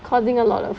causing a lot of